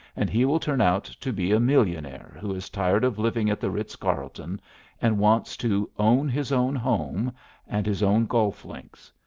and he will turn out to be a millionaire who is tired of living at the ritz-carlton and wants to own his own home and his own golf-links.